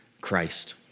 Christ